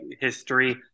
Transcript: history